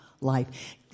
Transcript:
life